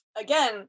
again